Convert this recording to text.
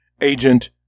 Agent